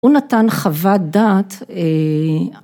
‫הוא נתן חוות דעת.